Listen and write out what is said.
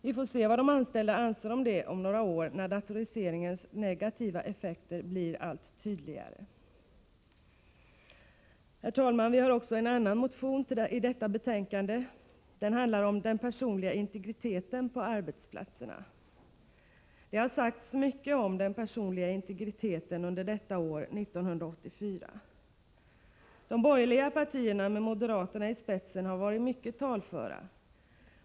Vi får se vad de anställda anser om detta om några år, när datoriseringens negativa effekter blivit allt tydligare. Herr talman! Vi har också en annan motion i detta betänkande. Den handlar om den personliga integriteten på arbetsplatserna. Det har sagts mycket om den personliga integriteten under detta år, 1984. De borgerliga partierna med moderaterna i spetsen har varit mycket talföra.